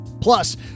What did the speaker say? Plus